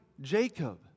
Jacob